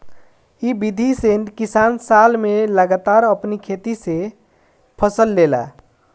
इ विधि से किसान साल में लगातार अपनी खेते से फसल लेला